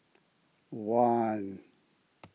one